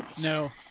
No